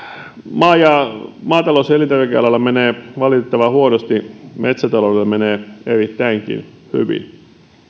maatalous ja elintarvikealalla menee valitettavan huonosti metsätaloudella menee erittäinkin hyvin